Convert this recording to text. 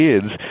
kids